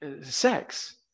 sex